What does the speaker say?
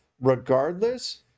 regardless